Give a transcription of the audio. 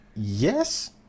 Yes